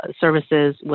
services